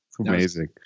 Amazing